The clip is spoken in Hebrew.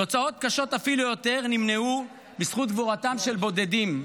תוצאות קשות אפילו יותר נמנעו בזכות גבורתם של בודדים,